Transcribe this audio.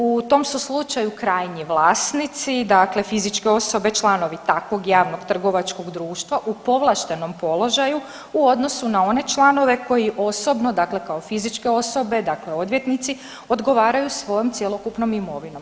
U tom su slučaju krajnji vlasnici dakle fizičke osobe članovi takvog javnog trgovačkog društva u povlaštenom položaju u odnosu na one članove koji osobno, dakle kao fizičke osobe, dakle odvjetnici, odgovaraju svojom cjelokupnom imovinom.